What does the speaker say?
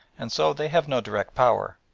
and so they have no direct power,